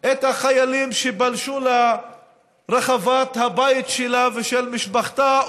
את החיילים שפלשו לרחבת הבית שלה ושל משפחתה,